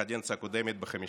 בקדנציה הקודמת ב-50%.